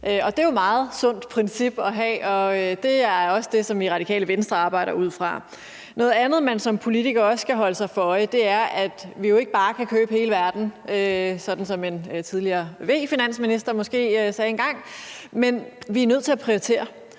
Det er jo et meget sundt princip at have, og det er også det, som vi i Radikale Venstre arbejder ud fra. Noget andet, man som politiker også skal holde sig for øje, er, at vi jo ikke bare kan købe hele verden, sådan som en tidligere V-finansminister måske sagde engang, men at vi er nødt til at prioritere.